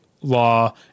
law